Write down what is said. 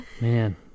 Man